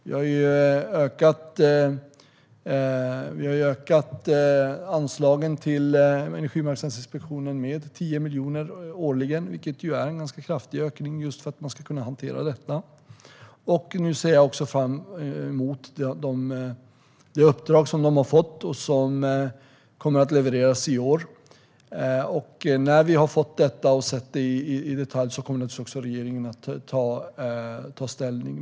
Vi har ökat anslagen till Energimarknadsinspektionen med 10 miljoner årligen, vilket är en ganska kraftig ökning, just för att man ska kunna hantera detta. Nu ser jag också fram emot det uppdrag som de har fått och som kommer att levereras i år. När vi har fått det och tittat på det i detalj kommer regeringen naturligtvis att ta ställning.